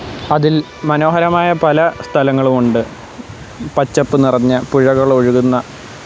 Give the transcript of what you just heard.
അതില് മനോഹരമായ പല സ്ഥലങ്ങളുമുണ്ട് പച്ചപ്പ് നിറഞ്ഞ പുഴകളൊഴുകുന്ന